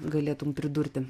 galėtum pridurti